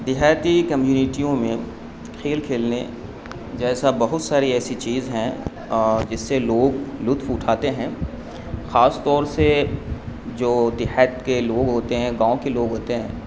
دیہاتی کمیونٹیوں میں کھیل کھیلنے جیسا بہت ساری ایسی چیز ہیں اور جس سے لوگ لطف اٹھاتے ہیں خاص طور سے جو دیہات کے لوگ ہوتے ہیں گاؤں کے لوگ ہوتے ہیں